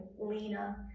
Lena